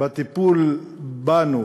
בטיפול בנו